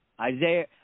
Isaiah